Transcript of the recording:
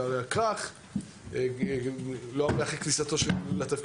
והחלטת הממשלה האחרונה לגבי החברה הערבית הפחיתה את תנאי הסף ל-10,000